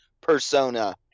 persona